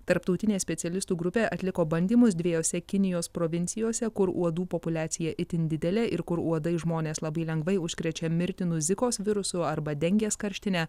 tarptautinė specialistų grupė atliko bandymus dviejose kinijos provincijose kur uodų populiacija itin didelė ir kur uodai žmonės labai lengvai užkrečia mirtinu zikos virusu arba dengės karštine